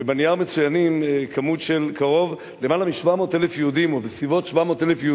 ובנייר מצוינת כמות של כ-700,000 יהודים שמתגוררים